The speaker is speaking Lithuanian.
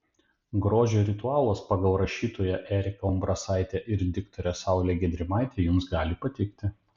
grožio ritualas pagal rašytoją eriką umbrasaitę ir diktorę saulę gedrimaitę jums gali patikti